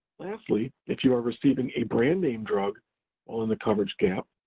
lastly, if you are receiving a brand name drug while in the coverage gap,